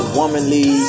womanly